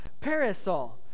parasol